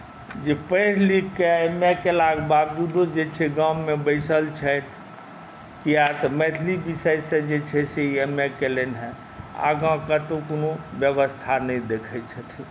जे पढ़ि लिखि कऽ एम ए केलाक बावजूदो जे छै गाममे बैसल छथि कियाक तऽ मैथिली विषयसँ जे छै से ई एम ए कयलनि हेँ आगाँ कतहु कोनो व्यवस्था नहि देखैत छथिन